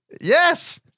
Yes